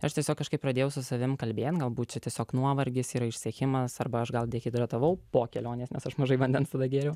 aš tiesiog kažkaip pradėjau su savimi kalbėt galbūt čia tiesiog nuovargis yra išsekimas arba aš gal dehidratavau po kelionės nes aš mažai vandens gėriau